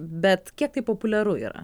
bet kiek tai populiaru yra